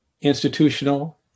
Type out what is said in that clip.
institutional